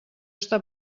està